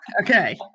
Okay